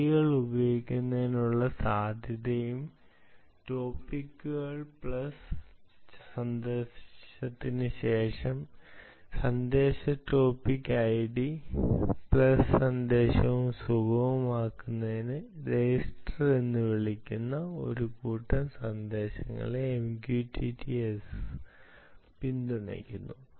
ഐഡികൾ ഉപയോഗിക്കുന്നതിനുള്ള സാധ്യതയും ടോപ്പിക്കുകൾ പ്ലസ് സന്ദേശത്തിനുപകരം സന്ദേശ ടോപ്പിക്കു ഐഡി പ്ലസ് സന്ദേശവും സുഗമമാക്കുന്നതിന് രജിസ്റ്റർ എന്ന് വിളിക്കുന്ന ഒരു കൂട്ടം സന്ദേശങ്ങളെ MQTT S പിന്തുണയ്ക്കുന്നു